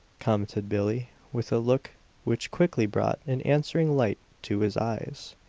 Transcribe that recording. commented billie with a look which quickly brought an answering light to his eyes.